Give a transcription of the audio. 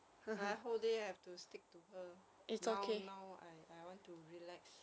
!aiya! whole day you have to stick to her now now I I want to relax